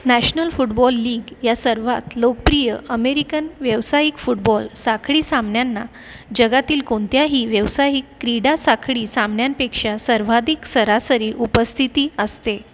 national football league या सर्वात लोकप्रिय अमेरिकन व्यवसायिक फुटबॉल साखळी सामन्यांना जगातील कोणत्याही व्यवसाहीक क्रीडा साखळी सामन्यांपेक्षा सर्वाधिक सरासरी उपस्थिती असते